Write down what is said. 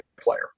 player